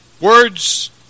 Words